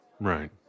Right